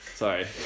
Sorry